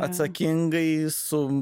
atsakingai su